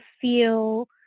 feel